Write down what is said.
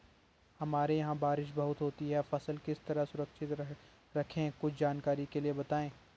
हमारे यहाँ बारिश बहुत होती है फसल किस तरह सुरक्षित रहे कुछ जानकारी के लिए बताएँ?